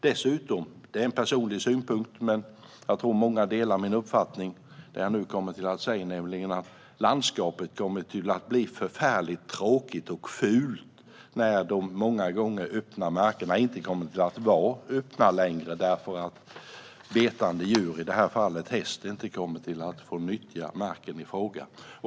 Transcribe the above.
Dessutom - det är en personlig synpunkt, men jag tror att många delar min uppfattning - kommer landskapet att bli förfärligt tråkigt och fult när de öppna markerna inte längre kommer att vara öppna eftersom betande djur, i det här fallet häst, inte kommer att få nyttja marken i fråga.